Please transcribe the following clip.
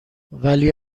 ولی